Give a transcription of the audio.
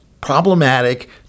problematic